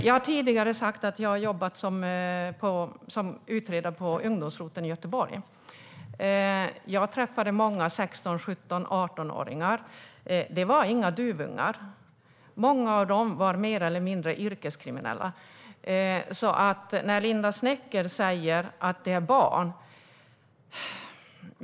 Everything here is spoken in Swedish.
Jag har tidigare berättat att jag jobbat som utredare på ungdomsroteln i Göteborg. Där träffade jag många 16-, 17 och 18-åringar. Det var inga duvungar. Många av dem var mer eller mindre yrkeskriminella. Linda Snecker säger att de är barn.